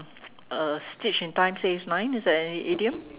uh stitch in time says nine is that an idiom